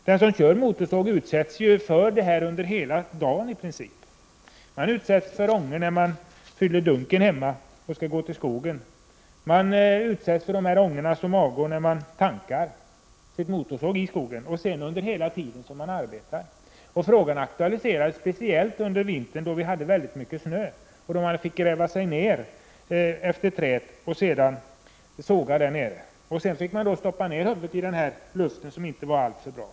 Den som kör motorsåg utsätts ju för denna påverkan i princip hela dagen; man utsätts för ångor då man fyller dunken hemma, innan man går till skogen, man utsätts för ångor då man tankar motorsågen i skogen och dessutom hela tiden man arbetar. Frågan aktualiserades speciellt den gångna vintern då vi hade väldigt mycket snö. De som arbetade i skogen fick då gräva sig ner utefter trädet och såga längst ner. Då fick de stoppa ner huvudet i luften i gropen vid stammen, och den luften var inte alltför nyttig.